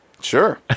sure